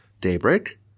daybreak